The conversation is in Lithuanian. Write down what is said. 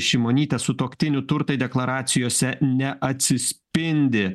šimonytę sutuoktinių turtai deklaracijose neatsispindi